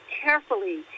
carefully